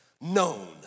known